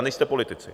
Nejste politici.